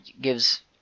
gives